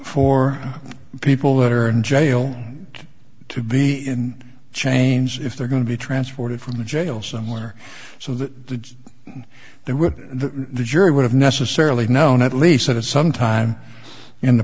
for people that are in jail to be in chains if they're going to be transported from the jail somewhere so that the there would the jury would have necessarily known at least that at some time in the